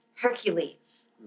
Hercules